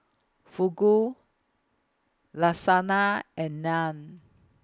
Fugu Lasagna and Naan